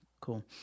Cool